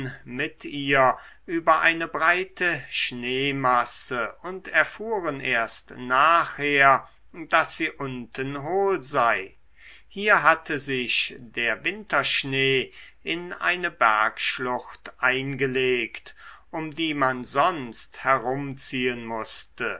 mit ihr über eine breite schneemasse und erfuhren erst nachher daß sie unten hohl sei hier hatte sich der winterschnee in eine bergschlucht eingelegt um die man sonst herumziehen mußte